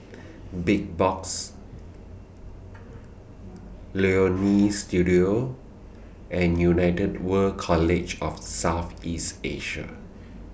Big Box Leonie Studio and United World College of South East Asia